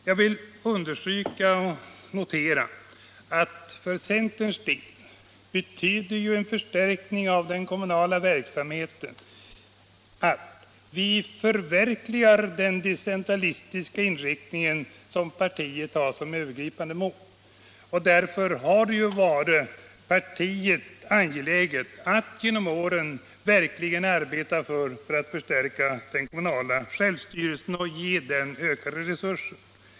Jag vill understryka och notera att för centerns del betyder en förstärkning av den kommunala verksamheten att vi förverkligar den decentralistiska inriktning som partiet har som övergripande mål. Därför har det varit partiet angeläget att genom åren verkligen arbeta för att förstärka den kommunala självstyrelsen och ge den ökade resurser.